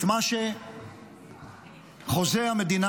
את מה שחוזה המדינה